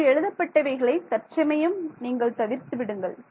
இங்கு எழுதப்பட்டவைகளை தற்சமயம் நீங்கள் தவிர்த்து விடுங்கள்